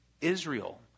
Israel